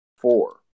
four